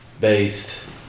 based